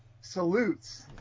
salutes